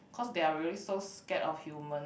cause they are really so scared of human